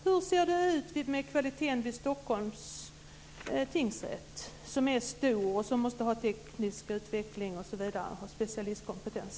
Hur ser det ut med kvaliteten i Stockholms tingsrätt som är stor och som måste ha teknisk utveckling och specialistkompetens?